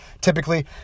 typically